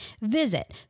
Visit